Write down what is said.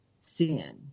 sin